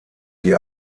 die